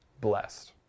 blessed